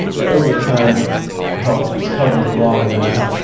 the overtime helps cover a lot of that,